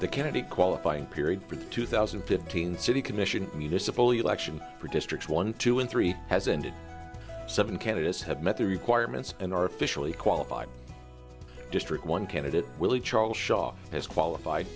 the kennedy qualifying period for the two thousand and fifteen city commission municipal election for district one two and three has ended seven candidates have met the requirements and are officially qualified district one candidate willie charles shaw has qualified